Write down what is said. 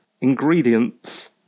ingredients